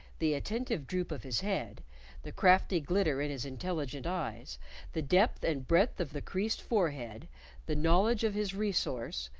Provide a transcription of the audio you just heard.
the attentive droop of his head the crafty glitter in his intelligent eyes the depth and breadth of the creased forehead the knowledge of his resource,